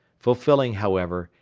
fulfilling, however,